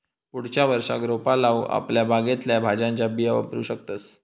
पुढच्या वर्षाक रोपा लाऊक आपल्या बागेतल्या भाज्यांच्या बिया वापरू शकतंस